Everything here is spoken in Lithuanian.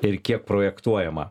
ir kiek projektuojama